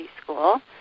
school